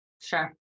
Sure